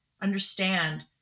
understand